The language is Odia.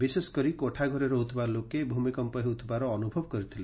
ବିଶେଷକରି କୋଠାଘରେ ରହୁଥିବା ଲୋକେ ଭୂମିକମ୍ମ ହେଉଥିବାର ଅନୁଭବ କରିଥିଲେ